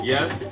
Yes